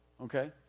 Okay